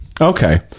Okay